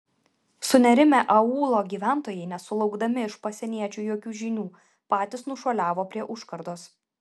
sunerimę aūlo gyventojai nesulaukdami iš pasieniečių jokių žinių patys nušuoliavo prie užkardos